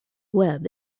web